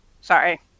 sorry